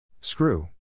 Screw